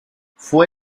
fue